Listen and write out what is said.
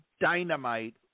dynamite